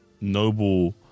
Noble